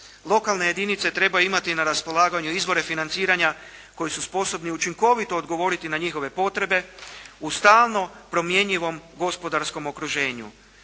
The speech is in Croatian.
Lokalne jedinice trebaju imati na raspolaganju izvore financiranja koji su sposobni učinkovito odgovoriti na njihove potrebe u stalno promjenjivom gospodarskom okruženju.